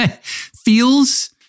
Feels